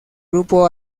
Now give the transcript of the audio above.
grupo